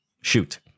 Shoot